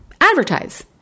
advertise